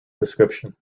description